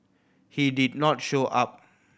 he did not show up